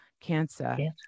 cancer